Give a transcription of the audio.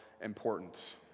important